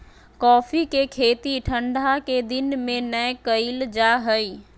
coffee के खेती ठंढा के दिन में नै कइल जा हइ